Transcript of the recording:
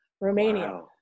Romania